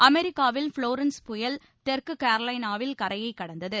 அமெரிக்காவில் ஃபுளோரன்ஸ் புயல் தெற்கு கேர்லைனாவில் கரையை கடந்தது